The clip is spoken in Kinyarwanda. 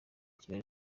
kigali